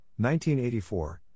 1984